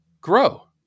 grow